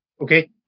Okay